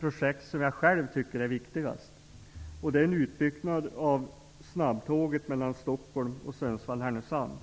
projekt som jag själv tycker är viktigast. Det är en utbyggnad av snabbtåget mellan Stockholm och Sundsvall--Härnösand.